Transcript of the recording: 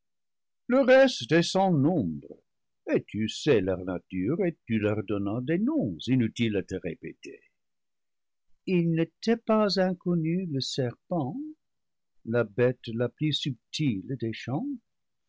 est sans nombre et tu sais leur nature et tu leur donnas des noms inutiles à le répéter il ne t'est pas inconnu le serpent la bète la plus subtile des